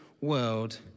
world